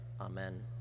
Amen